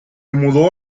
mudó